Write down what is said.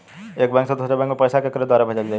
एक बैंक से दूसरे बैंक मे पैसा केकरे द्वारा भेजल जाई?